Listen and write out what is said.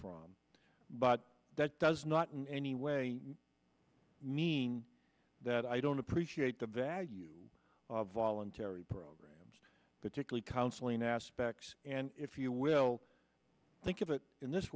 from but that does not in any way mean that i don't appreciate the value of voluntary programs particularly counseling aspects and if you will think of it in this